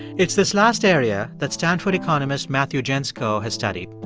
it's this last area that stanford economist matthew gentzkow has studied.